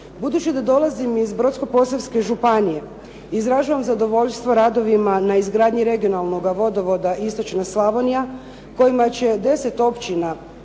Budući da dolazim iz Brodsko-posavske županije izražavam zadovoljstvo radovima na izgradnji regionalnoga vodovoda istočna Slavonija kojima će 10 općina